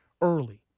early